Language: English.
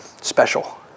special